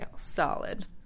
solid